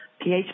pH